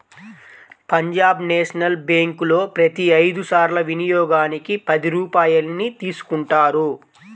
Punjab national బ్యేంకులో ప్రతి ఐదు సార్ల వినియోగానికి పది రూపాయల్ని తీసుకుంటారు